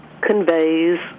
conveys